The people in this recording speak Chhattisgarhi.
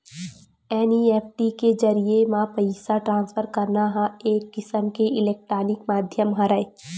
एन.इ.एफ.टी के जरिए म पइसा ट्रांसफर करना ह एक किसम के इलेक्टानिक माधियम हरय